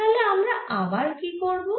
তাহলে আমরা আবার কি করব